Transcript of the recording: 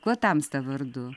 kuo tamsta vardu